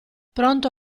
pronto